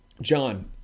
John